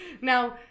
Now